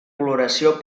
coloració